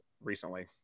recently